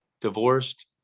divorced